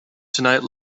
tonight